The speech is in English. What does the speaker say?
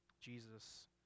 Jesus